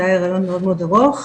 זה היה הריון מאוד מאוד ארוך,